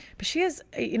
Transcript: but she has a you